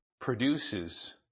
produces